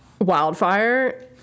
wildfire